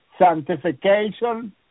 sanctification